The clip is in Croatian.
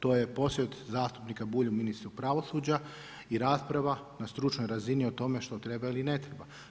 To je posjet zastupnika Bulj ministru pravosuđu i rasprava na stručnoj razini o tome što treba ili ne treba.